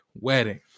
wedding